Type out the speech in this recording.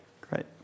Great